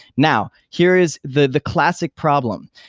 now, here is the the classic problem.